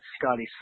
Scotty